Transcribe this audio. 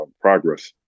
progress